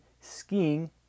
Skiing